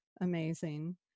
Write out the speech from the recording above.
amazing